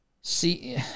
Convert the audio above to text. see